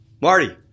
Marty